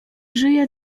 żyje